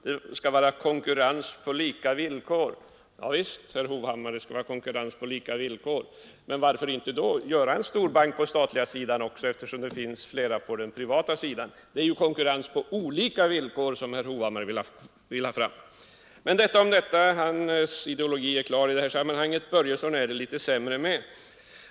Det skall vara konkurrens på lika villkor, sade herr Hovhammar. Varför då inte åstadkomma en storbank också på den statliga sidan, när det finns flera på den privata? Det är i själva verket konkurrens på olika villkor som herr Hovhammar vill ha. — Detta om detta. Herr Hovhammars ideologi är i detta sammanhang klar. Herr Börjesson i Glömminge är det litet sämre med.